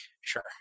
Sure